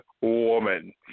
woman